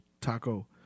taco